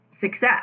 success